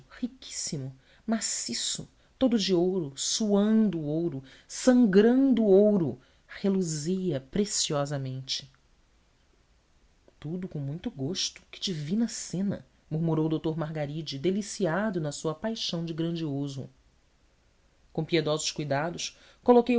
riquíssimo maciço todo de ouro suando ouro sangrando ouro reluzia preciosamente tudo com muito gosto que divina cena murmurou o doutor margaride deliciado na sua paixão do grandioso com piedosos cuidados coloquei